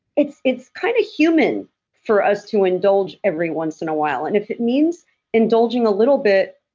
it's it's kind of human for us to indulge every once in a while and if it means indulging a little bit,